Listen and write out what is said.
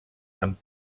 amb